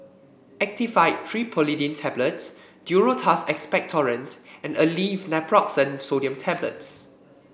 Actifed Triprolidine Tablets Duro Tuss Expectorant and Aleve Naproxen Sodium Tablets